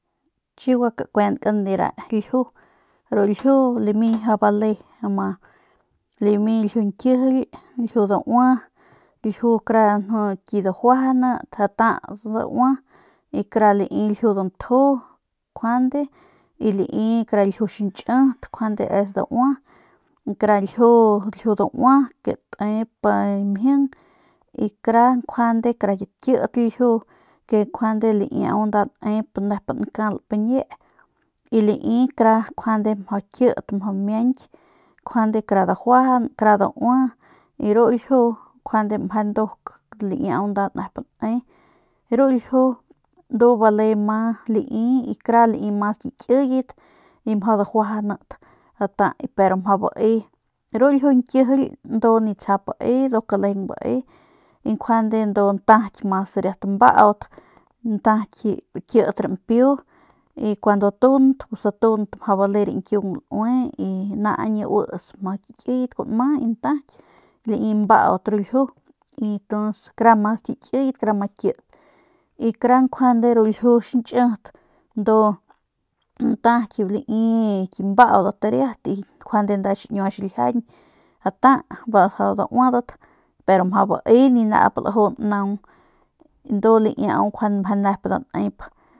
Chi gua kakuenkan de re ljiu ru ljiu lami mjau bale ama lami ljiu ñkijily ljiu daua ljiu kara ki dajuajant ata daua y kara lai ljiu dantju juande y lai ljiu xiñchit njuande es daua kara ljiu daua tep mjing y kara njuande kara kit kit lju ljiu ke njuande laiau nda nep nep nep nkalp ne y lai kara njuande mjau kit miañky njuande kara dajuajan kara daua y ru ljiu njuande meje nduk laiau nda nep ne ru ljiu ndu bale ma lai y kara mas kikiyet y mjau dajuajanat ata pero mjau bae ru ljiu ñkjijily ndu nip tsjap bae nduk lejeng bae y njuande ndu ntaky riat mas mbaut ntaky kit rampiu y cuando tunt pus atunt mjau bable rañkiung laui naañ uits mjau ki kiyet kua nma y ntaky lai mbaut ru ljiu y kara mas ki kiyet y kara mas kit y kara njuande ru ljiu xiñchit ndu ntaky lai ki mbaudat riat njuande nda xiñua xiljiañ ata mjau dauadat pero mjau bae ni nau laju naung ndu laiau njuande meje nep nda nep.